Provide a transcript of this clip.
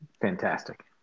fantastic